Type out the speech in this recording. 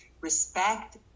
respect